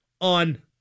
on